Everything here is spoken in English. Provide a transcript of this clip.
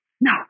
No